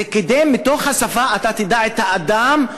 זה כדי שמתוך השפה אתה תדע את האדם,